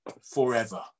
forever